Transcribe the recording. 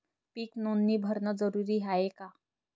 पीक नोंदनी भरनं जरूरी हाये का?